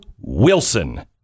Wilson